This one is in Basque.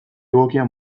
egokia